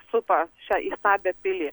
supa šią įstabią pilį